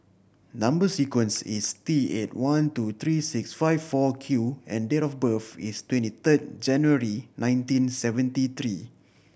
number sequence is T eight one two three six five four Q and date of birth is twenty third January nineteen seventy three